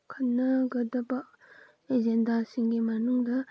ꯈꯟꯅꯒꯗꯕ ꯑꯦꯖꯦꯟꯗꯥꯁꯤꯡꯒꯤ ꯃꯅꯨꯡꯗ